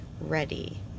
ready